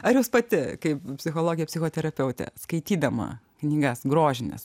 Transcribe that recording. ar jūs pati kaip psichologė psichoterapeutė skaitydama knygas grožines